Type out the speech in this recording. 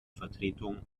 vertretung